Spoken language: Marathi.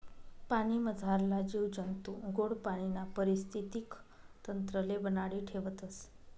पाणीमझारला जीव जंतू गोड पाणीना परिस्थितीक तंत्रले बनाडी ठेवतस